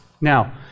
Now